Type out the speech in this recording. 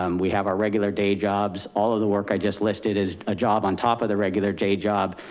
um we have our regular day jobs. all of the work i just listed is a job on top of the regular day job.